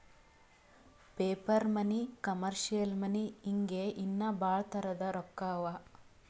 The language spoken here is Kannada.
ಪೇಪರ್ ಮನಿ, ಕಮರ್ಷಿಯಲ್ ಮನಿ ಹಿಂಗೆ ಇನ್ನಾ ಭಾಳ್ ತರದ್ ರೊಕ್ಕಾ ಅವಾ